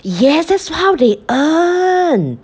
yes that's how they earn